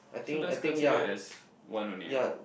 so just considered as one only ah